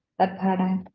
that hadn't